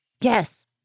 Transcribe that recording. Yes